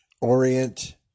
Orient